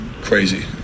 crazy